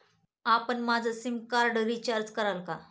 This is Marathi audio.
आपण माझं सिमकार्ड रिचार्ज कराल का?